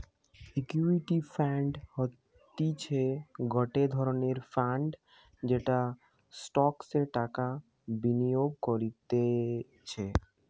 equity fund হতিছে গটে ধরণের ফান্ড যেটা স্টকসে টাকা বিনিয়োগ করতিছে